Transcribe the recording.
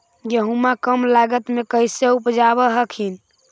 गेहुमा कम लागत मे कैसे उपजाब हखिन?